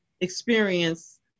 experience